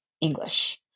English